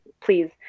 please